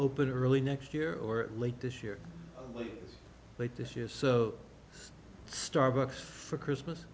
open early next year or late this year late this year so starbucks for christmas